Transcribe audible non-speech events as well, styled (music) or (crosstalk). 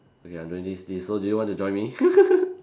okay I'm doing this this so do you want to join me (laughs)